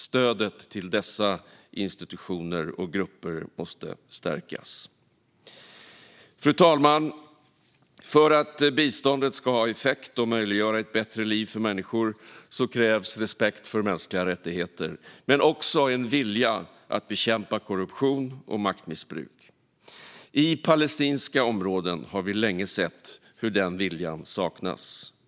Stödet till dessa institutioner och grupper måste stärkas. Fru talman! För att biståndet ska ha effekt och möjliggöra ett bättre liv för människor krävs respekt för mänskliga rättigheter men också en vilja att bekämpa korruption och maktmissbruk. I palestinska områden har vi länge sett hur den viljan saknas.